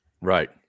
Right